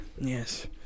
Yes